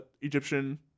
Egyptian